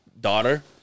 daughter